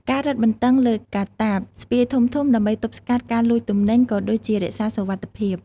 ការរឹតបន្តឹងលើកាតាបស្ពាយធំៗដើម្បីទប់ស្កាត់ការលួចទំនិញ ក៏ដូចជារក្សាសុវត្ថិភាព។